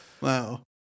Wow